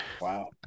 Wow